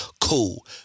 Cool